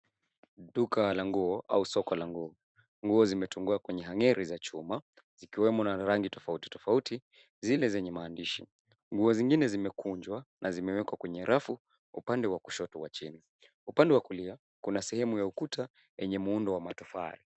Duka la nguo au soko la nguo. Nguo zimetungwa kwenye hang'eri za chuma zikiwemo na rangi tofauti tofauti, zile zenye maandishi. Nguo zingine zimekunjwa na zimewekwa kwenye rafu upande wa kushoto wa chini. Upande wa kulia kuna sehemu ya ukuta wenye muundo wa matofali.